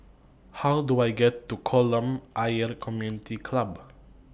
How Do I get to Kolam Ayer Community Club